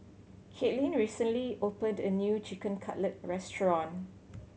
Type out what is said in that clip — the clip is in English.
Katelyn recently opened a new Chicken Cutlet Restaurant